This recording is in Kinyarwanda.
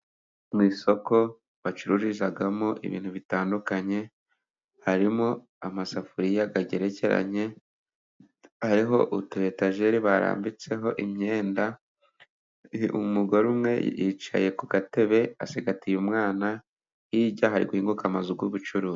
Mu isoko bacururizamo ibintu bitandukanye, harimo amasafuriya agerekeranye, hariho utu etajeri barambitseho imyenda, umugore umwe yicaye ku gatebe, acigatiye umwana, hirya hari guhinguka amazu y'ubucuruzi.